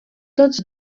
tots